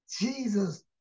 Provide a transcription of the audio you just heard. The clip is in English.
Jesus